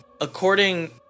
according